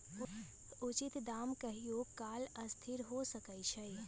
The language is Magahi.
उचित दाम कहियों काल असथिर हो सकइ छै